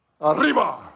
Arriba